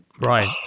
right